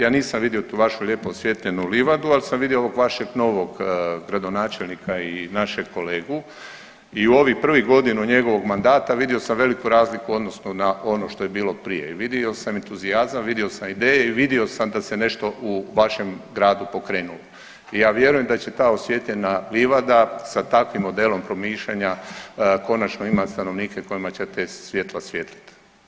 Ja nisam vidio tu vašu lijepo osvjetljenu livadu, ali sam vidio ovog vašeg novog gradonačelnika i našeg kolegu i u ovih prvih godinu njegovog mandata vidio sam veliku razliku u odnosu na ono što je bilo prije i vidio sam entuzijazam, vidio sam ideje i vidio sam da se nešto u vašem gradu pokrenulo i ja vjerujem da će ta osvjetljena livada sa takvim modelom promišljanja konačno imat stanovnike kojima će ta svjetla svjetlit.